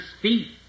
feet